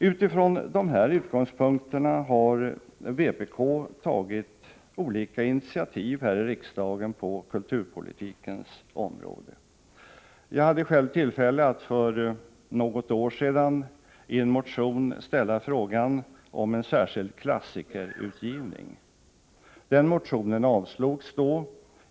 Utifrån dessa utgångspunkter har vpk tagit olika initiativ här i riksdagen på kulturpolitikens område. Jag hade själv tillfälle att för något år sedan i en motion ställa frågan om en särskild klassikerutgivning. Den motionen avslogs då.